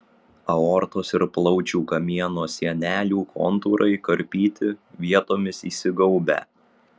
aortos ir plaučių kamieno sienelių kontūrai karpyti vietomis įsigaubę